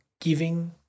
giving